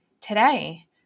Today